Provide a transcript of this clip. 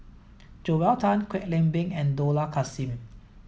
Joel Tan Kwek Leng Beng and Dollah Kassim